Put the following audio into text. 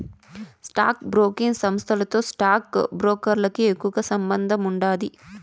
stock broking సంస్థతో stock బ్రోకర్లకి ఎక్కువ సంబందముండాది